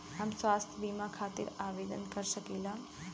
हम स्वास्थ्य बीमा खातिर आवेदन कर सकीला?